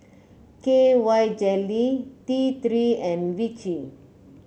K Y Jelly T Three and Vichy